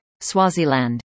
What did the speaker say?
Swaziland